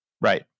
Right